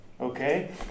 Okay